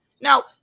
Now